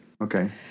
Okay